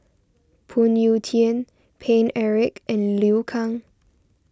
Phoon Yew Tien Paine Eric and Liu Kang